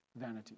vanity